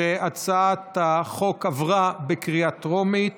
ההצעה להעביר את הצעת חוק תגמולים